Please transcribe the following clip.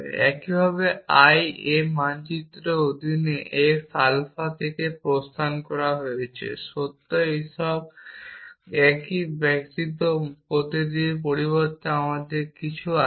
একইভাবে i A মানচিত্রের অধীনে x আলফা থেকে প্রস্থান করা হয়েছে সত্য এই সব একই ব্যতীত প্রতিটির পরিবর্তে আমাদের কিছু আছে